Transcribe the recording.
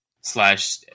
slash